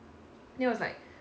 then was like